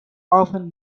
often